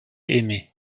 aimés